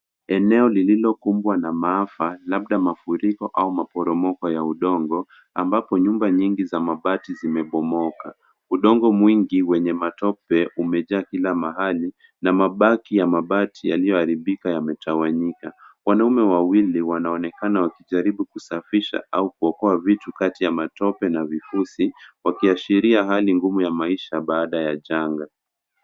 Eneo lililokumbwa na maafa labda mafuriko au maporomoko ya udongo ambapo nyumba nyingi za mabati zimebomoka. Udongo mwingi wenye matope umejaa kila mahali na mabaki ya mabati yaliyoharibika yametawanyika. Wanaume wawili wanaonekana wakijaribu kusafisha au kuokoa vitu kati ya matope na vifusi wakiashiria hali ngumu ya maisha baada ya janga.